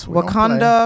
Wakanda